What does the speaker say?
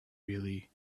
really